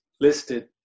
listed